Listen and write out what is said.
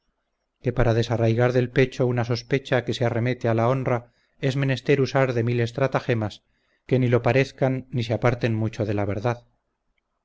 que para desarraigar del pecho una sospecha que se arremete a la honra es menester usar de mil estratagemas que ni lo parezcan ni se aparten mucho de la verdad